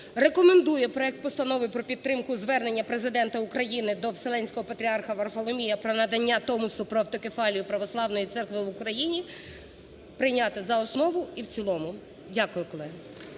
рекомендує проект Постанови про підтримку звернення Президента України до Вселенського Патріарха Варфоломія про надання Томосу про автокефалію Православної Церкви в Україні прийняти за основу і в цілому. Дякую, колеги.